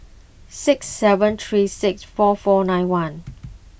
six seven three six four four nine one